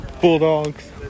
Bulldogs